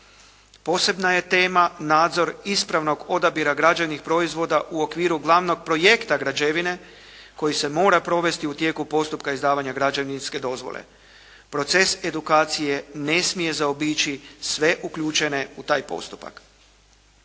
Posebna je tema nadzor ispravnog odabira građevnih proizvoda u okviru glavnog projekta građevine koji se mora provesti u tijeku postupka izdavanja građevinske dozvole. Proces edukacije ne smije zaobići sve uključene u taj postupak.